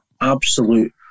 absolute